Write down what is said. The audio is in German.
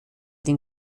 den